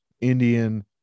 Indian